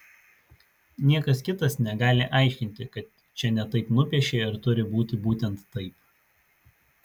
niekas kitas negali aiškinti kad čia ne taip nupiešei ar turi būti būtent taip